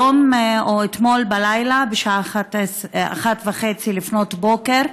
היום, או אתמול בלילה, בשעה 01:30, לפנות בוקר,